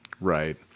Right